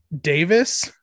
Davis